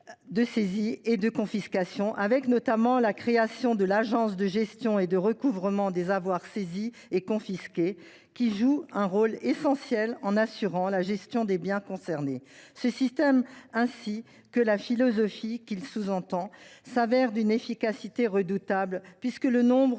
de saisie et de confiscation, notamment la création de l’Agence de gestion et de recouvrement des avoirs saisis et confisqués, qui joue un rôle essentiel en assurant la gestion des biens concernés. Ce système, tout comme la philosophie qu’il sous tend, se révèle d’une efficacité redoutable, puisque le nombre